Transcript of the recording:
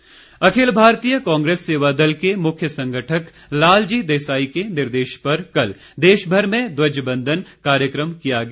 सेवा दल अखिल भारतीय कांग्रेस सेवादल के मुख्य संगठक लालजी देसाई के निर्देश पर कल देशभर में ध्वजबंधन कार्यक्रम किया गया